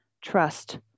trust